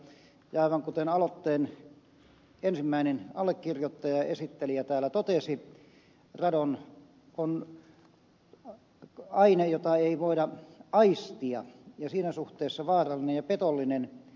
aivan kuten aloitteen ensimmäinen allekirjoittaja ja esittelijä täällä totesi radon on aine jota ei voida aistia ja siinä suhteessa vaarallinen ja petollinen